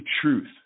truth